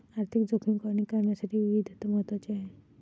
आर्थिक जोखीम कमी करण्यासाठी विविधता महत्वाची आहे